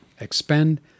Expend